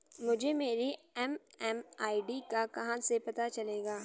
मुझे मेरी एम.एम.आई.डी का कहाँ से पता चलेगा?